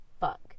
fuck